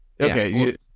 okay